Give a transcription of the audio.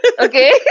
Okay